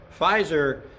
Pfizer